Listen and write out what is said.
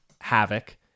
havoc